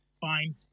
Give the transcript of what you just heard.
fine